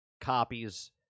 copies